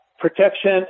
protection